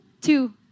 Two